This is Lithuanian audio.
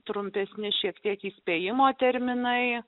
trumpesnis šiek tiek įspėjimo terminai